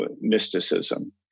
mysticism